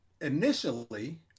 initially